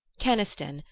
keniston,